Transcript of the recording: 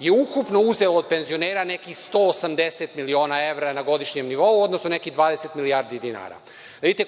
je ukupno uzelo od penzionera nekih 180 miliona evra na godišnjem nivou, odnosno nekih 20 milijardi dinara. Vidite